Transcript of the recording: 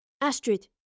Astrid